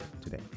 today